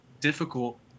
difficult